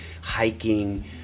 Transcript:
hiking